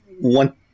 one